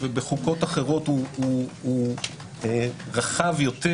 בחוקות אחרות הוא רחב יותר,